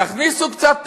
תכניסו קצת,